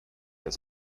das